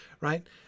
right